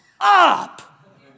Up